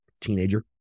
teenager